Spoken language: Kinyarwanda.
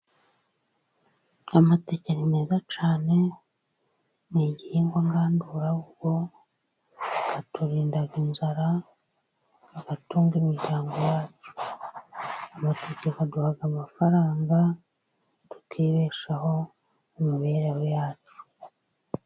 Amateke ni meza cyane, ni igihingwa ngandurarugo baturindaga inzara, bigatunga imiryango yacu. Amateke akaduha amafaranga, tukibeshaho mu mibereho yacu